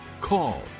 call